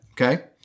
Okay